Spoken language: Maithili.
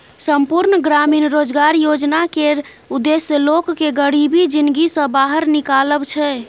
संपुर्ण ग्रामीण रोजगार योजना केर उद्देश्य लोक केँ गरीबी जिनगी सँ बाहर निकालब छै